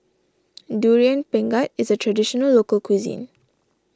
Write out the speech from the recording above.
Durian Pengat is a Traditional Local Cuisine